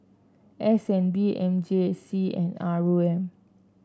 S N B M J C and R O M